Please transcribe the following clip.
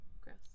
Gross